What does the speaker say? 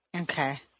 Okay